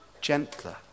gentler